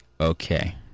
okay